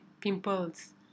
pimples